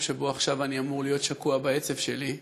שבו עכשיו אני אמור להיות שקוע בעצב שלי,